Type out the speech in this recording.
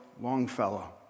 Longfellow